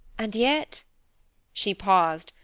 and yet she paused,